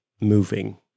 moving